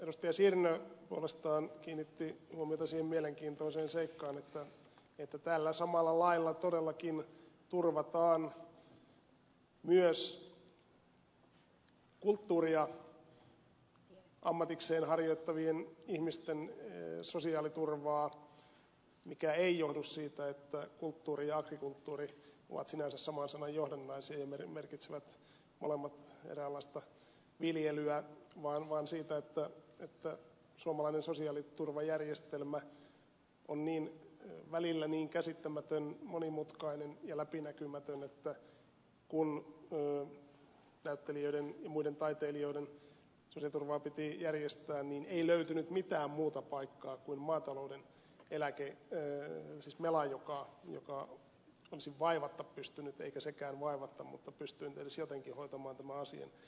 sirnö puolestaan kiinnitti huomiota siihen mielenkiintoiseen seikkaan että tällä samalla lailla todellakin turvataan myös kulttuuria ammatikseen harjoittavien ihmisten sosiaaliturvaa mikä ei johdu siitä että kulttuuri ja agrikulttuuri ovat sinänsä saman sanan johdannaisia ja merkitsevät molemmat eräänlaista viljelyä vaan siitä että suomalainen sosiaaliturvajärjestelmä on välillä niin käsittämätön monimutkainen ja läpinäkymätön että kun näyttelijöiden ja muiden taiteilijoiden sosiaaliturvaa piti järjestää niin ei löytynyt mitään muuta paikkaa kuin mela joka olisi vaivatta pystynyt eikä sekään vaivatta mutta pystynyt edes jotenkin hoitamaan tämän asian